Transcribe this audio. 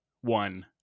one